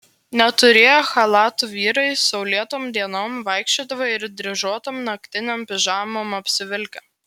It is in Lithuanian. neturėję chalatų vyrai saulėtom dienom vaikščiodavo ir dryžuotom naktinėm pižamom apsivilkę